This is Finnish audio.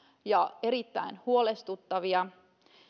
ja erittäin huolestuttavia